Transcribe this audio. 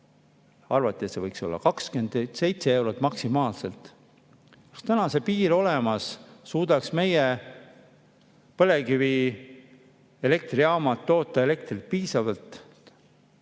arvati, et see võiks olla 27 eurot maksimaalselt. Kui täna see piir oleks olemas, suudaks meie põlevkivielektrijaamad toota elektrit piisavalt.